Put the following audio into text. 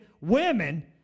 women